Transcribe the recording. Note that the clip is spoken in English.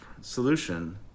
solution